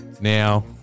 now